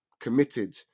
committed